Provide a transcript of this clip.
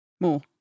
More